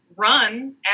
run